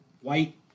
white